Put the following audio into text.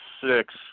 six